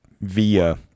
via